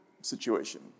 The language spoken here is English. situation